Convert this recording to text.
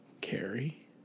carry